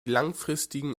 langfristigen